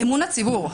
הציבור.